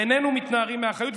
ואיננו מתנערים מאחריות,